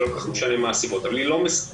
זה לא כל-כך משנה מה הסיבות אבל היא לא מספקת.